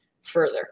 further